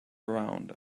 around